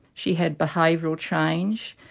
she had behavioural change,